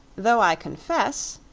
though i confess,